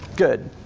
good,